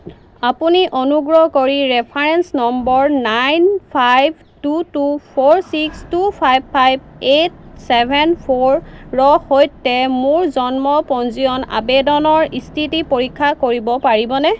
আপুনি অনুগ্ৰহ কৰি reference number nine five two two four six two five five eight seven four ৰ সৈতে মোৰ জন্ম পঞ্জীয়ন আবেদনৰ স্থিতি পৰীক্ষা কৰিব পাৰিবনে